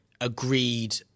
agreed